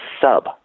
sub